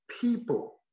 people